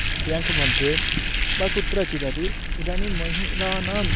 व्याङ्क्मध्ये वा कुत्रचिदपि इदानीं महिलानाम्